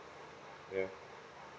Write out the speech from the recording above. yeah